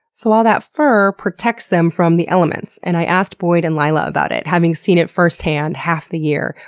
so all that fur protects them from the elements, and i asked boyd and lila about it, having seen it first-hand half the year,